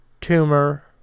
tumor